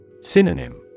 Synonym